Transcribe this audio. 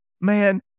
man